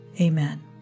Amen